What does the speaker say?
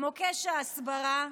מוקש ההסברה,